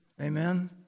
amen